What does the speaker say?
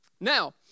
Now